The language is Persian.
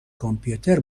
کامپیوتر